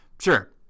Sure